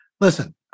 Listen